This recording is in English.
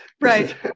Right